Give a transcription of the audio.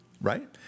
right